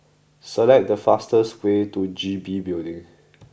select the fastest way to G B Building